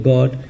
God